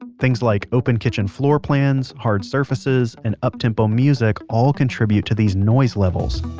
ah things like open kitchen floor plans, hard surfaces, and uptempo music all contribute to these noise levels